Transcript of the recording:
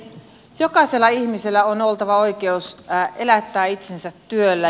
jokaisella ihmisellä on oltava oikeus elättää itsensä työllä